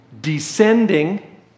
Descending